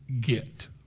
get